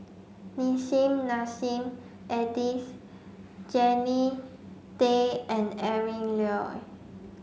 Nissim Nassim Adis Jannie Tay and Adrin Loi